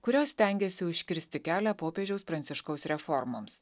kurios stengiasi užkirsti kelią popiežiaus pranciškaus reformoms